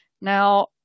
Now